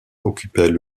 occupaient